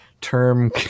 term